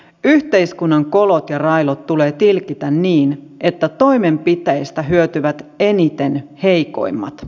yhteiskunnan kolot ja railot tulee tilkitä niin että toimenpiteistä hyötyvät eniten heikoimmat